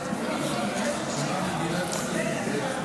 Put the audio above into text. בממשלה לא נתקבלה.